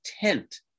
tent